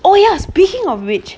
oh yeah speaking of which